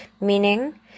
Meaning